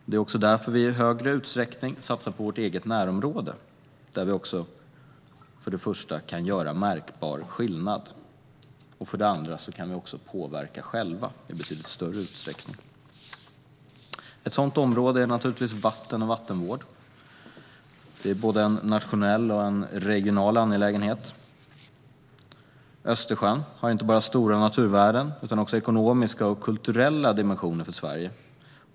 Det är också därför vi i högre utsträckning satsar på vårt eget närområde, där vi för det första kan göra märkbar skillnad och för det andra kan påverka själva i betydligt större utsträckning. Ett sådant område är naturligtvis vatten och vattenvård. Det är både en nationell och en regional angelägenhet. Östersjön har inte bara stora naturvärden utan också ekonomiska och kulturella dimensioner för Sverige.